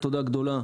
תודה גדולה,